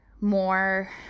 more